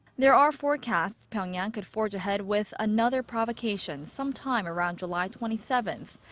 there are forecasts pyongyang could forge ahead with another provocation sometime around july twenty seventh,